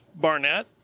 Barnett